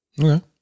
Okay